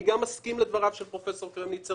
אני גם מסכים לדבריו של פרופסור קרמניצר